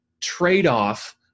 trade-off